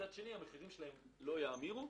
והמחירים בהם לא יאמירו.